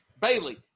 Bailey